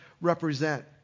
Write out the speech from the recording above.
represent